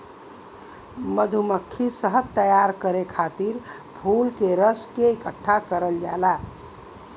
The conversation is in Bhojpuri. मधुमक्खी शहद तैयार करे खातिर फूल के रस के इकठ्ठा करल जाला